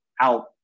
out